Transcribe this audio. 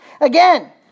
Again